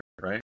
right